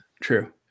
true